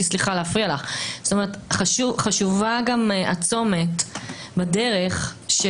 כלומר חשוב גם הצומת בדרך,